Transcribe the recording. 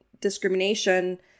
discrimination